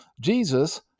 Jesus